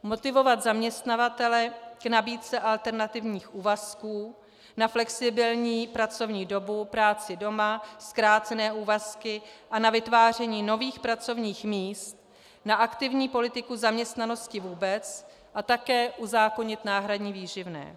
Motivovat zaměstnavatele k nabídce alternativních úvazků, na flexibilní pracovní dobu, práci doma, zkrácené úvazky a na vytváření nových pracovních míst, na aktivní politiku zaměstnanosti vůbec a také uzákonit náhradní výživné.